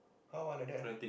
how ah like that ah